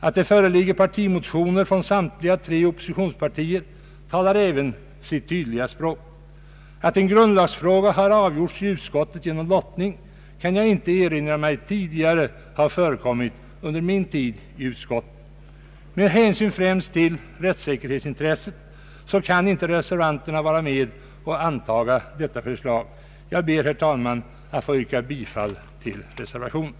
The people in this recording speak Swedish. Att det föreligger partimotioner från samtliga tre oppositionspartier talar även sitt tydliga språk. Att en grundlagsfråga har avgjorts i utskottet genom lottning kan jag inte erinra mig tidigare ha förekommit. Med hänsyn främst till rättssäkerhetsintresset kan inte reservanterna vara med om att antaga detta förslag. Jag ber, herr talman, att få yrka bifall till reservationen.